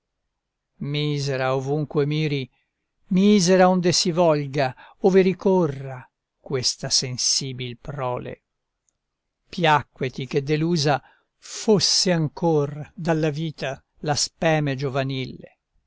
misera ovunque miri misera onde si volga ove ricorra questa sensibil prole piacqueti che delusa fosse ancor dalla vita la speme giovanil